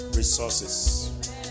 Resources